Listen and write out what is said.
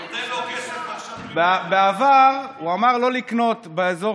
הוא נותן לו כסף, בעבר הוא אמר לא לקנות באזור